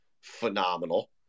phenomenal